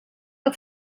que